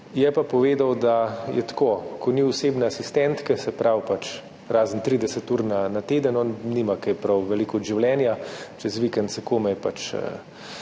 Je pa povedal, da je tako – ko ni osebne asistentke, se pravi razen 30 ur na teden, on nima prav veliko od življenja. Čez vikend se ima komaj